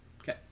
Okay